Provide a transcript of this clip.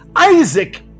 Isaac